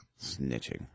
Snitching